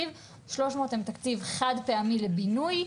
300,000 הם תקציב חד-פעמי בעיקר לבינוי,